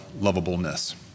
lovableness